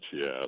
yes